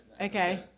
Okay